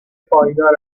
پایدار